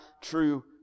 true